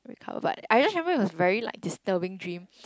recovered but I just remember it was very like disturbing dream